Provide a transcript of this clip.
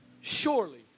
Surely